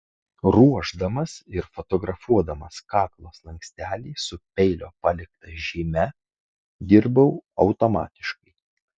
ruošdamas ir fotografuodamas kaklo slankstelį su peilio palikta žyme dirbau automatiškai